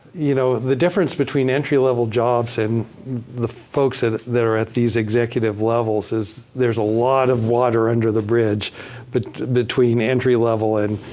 you know, the difference between entry level jobs and the folks there at these executive levels is there's a lot of water under the bridge but between entry level, and